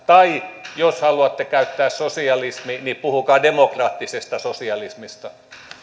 tai jos haluatte käyttää sanaa sosialismi niin puhukaa demokraattisesta sosialismista